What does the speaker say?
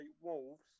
Wolves